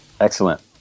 Excellent